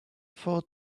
for